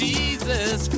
Jesus